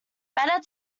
better